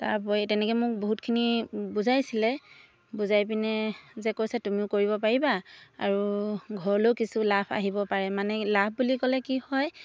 তাৰ উপৰি তেনেকৈ মোক বহুতখিনি বুজাইছিলে বুজাই পিনে যে কৈছে তুমিও কৰিব পাৰিবা আৰু ঘৰলৈও কিছু লাভ আহিব পাৰে মানে লাভ বুলি ক'লে কি হয়